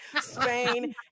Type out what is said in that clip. Spain